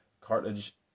Cartilage